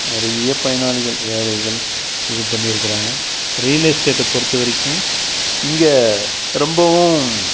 நிறையப் பயனாளிகள் ஏழைகள் இது பண்ணி இருக்கிறாங்க ரியல் எஸ்டேட்ட பொறுத்தவரைக்கும் இங்கே ரொம்பவும்